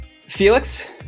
Felix